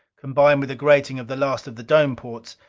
combined with the grating of the last of the dome ports.